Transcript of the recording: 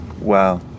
Wow